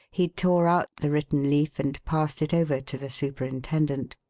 he tore out the written leaf and passed it over to the superintendent.